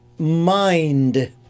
mind